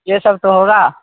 یہ سب تو ہوگا